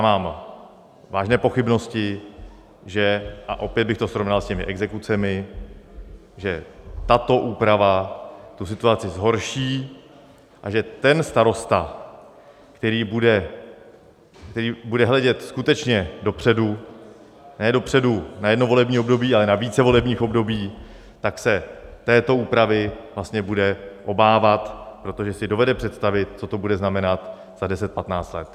Mám vážné pochybnosti, a opět bych to srovnal s těmi exekucemi, že tato úprava tu situaci zhorší a že starosta, který bude hledět skutečně dopředu, ne dopředu na jedno volební období, ale na více volebních období, tak se této úpravy vlastně bude obávat, protože si dovede představit, co to bude znamenat za 10, 15 let.